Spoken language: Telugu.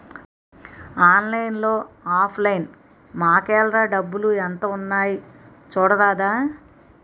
ఆన్లైన్లో ఆఫ్ లైన్ మాకేఏల్రా డబ్బులు ఎంత ఉన్నాయి చూడరాదా